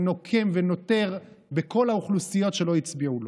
ונוקם ונוטר כלפי כל האוכלוסיות שלא הצביעו לו.